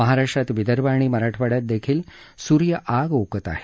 महाराष्ट्रात विदर्भ आणि मराठवाड्यात देखील सूर्य आग ओकत आहे